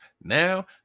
Now